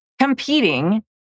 competing